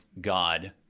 God